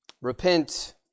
Repent